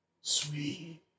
Sweet